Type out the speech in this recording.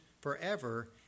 forever